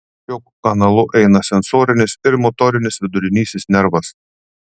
šiuo kanalu eina sensorinis ir motorinis vidurinysis nervas